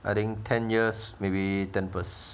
I think ten years maybe ten percent